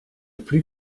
plus